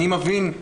אני מבין,